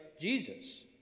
Jesus